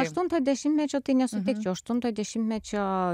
aštuntojo dešimtmečio tai nesutikčiau aštuntojo dešimtmečio